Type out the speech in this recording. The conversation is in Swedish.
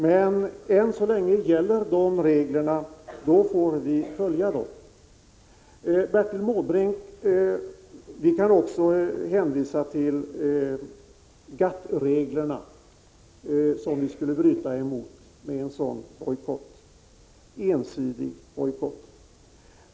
Men än så länge gäller den regeln, och då får vi följa den. Jag kan också, Bertil Måbrink, hänvisa till GATT-reglerna, som vi skulle bryta emot med en ensidig bojkott.